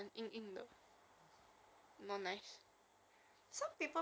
!huh! oyster sauce 你拿来 marinate 不是很咸 meh